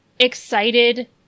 excited